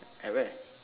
at where